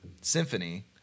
symphony